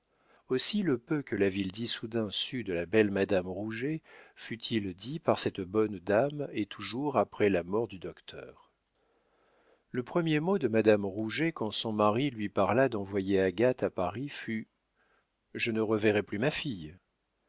aussi le peu que la ville d'issoudun sut de la belle madame rouget fut-il dit par cette bonne dame et toujours après la mort du docteur le premier mot de madame rouget quand son mari lui parla d'envoyer agathe à paris fut je ne reverrai plus ma fille